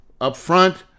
upfront